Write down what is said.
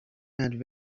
and